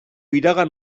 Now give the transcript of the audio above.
iragan